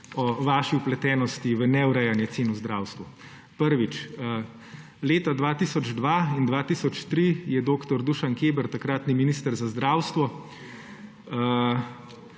o vaši vpletenosti v neurejanje cen v zdravstvu. Prvič, leta 2002 in 2003 je dr. Dušan Keber, takratni minister za zdravstvo,